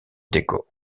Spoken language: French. déco